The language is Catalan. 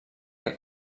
que